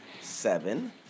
seven